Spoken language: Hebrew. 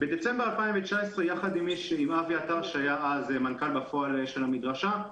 בדצמבר 2019 יחד עם אבי עטר שהיה אז מנכ"ל בפועל של המדרשה,